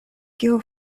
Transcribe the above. kiu